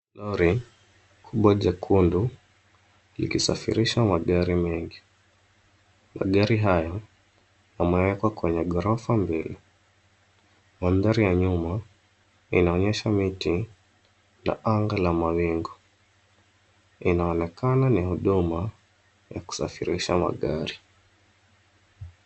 Lori kubwa jekundu likisafirisha magari mengi. Magari hayo yamewekwa kwenye ghorofa mbili. Mandhari ya nyuma inaonyesha miti na anga la mawingu. Inaonekana ni huduma ya kusafirisha magari.